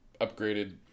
upgraded